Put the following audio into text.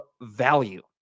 value